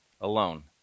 Alone